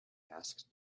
asked